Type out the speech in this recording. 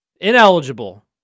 Ineligible